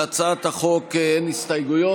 להצעת החוק אין הסתייגויות,